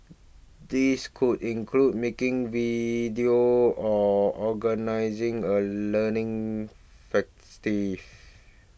these could include making video or organising a learning festive